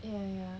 ya ya